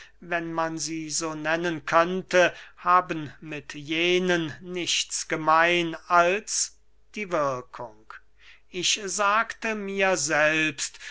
wenn man sie so nennen könnte haben mit jenen nichts gemein als die wirkung ich sagte mir selbst